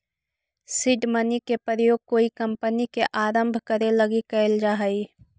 seed money के प्रयोग कोई कंपनी के आरंभ करे लगी कैल जा हई